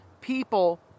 people